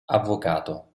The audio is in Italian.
avvocato